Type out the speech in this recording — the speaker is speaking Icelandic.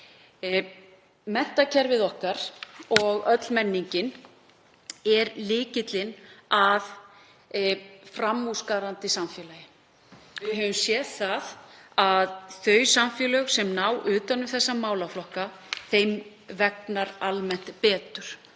Menntakerfið okkar og öll menning er lykillinn að framúrskarandi samfélagi. Við höfum séð að þeim samfélögum sem ná utan um þessa málaflokka vegnar almennt betur